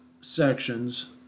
sections